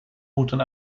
moeten